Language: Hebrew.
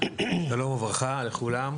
שלום וברכה לכולם.